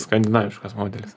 skandinaviškas modelis